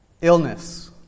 illness